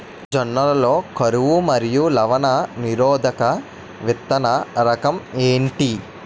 జొన్న లలో కరువు మరియు లవణ నిరోధక విత్తన రకం ఏంటి?